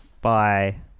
Bye